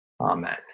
Amen